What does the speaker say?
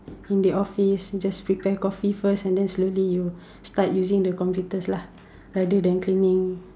in the office just prepare coffee first and then slowly you start using the computers lah rather than cleaning